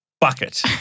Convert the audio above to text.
Bucket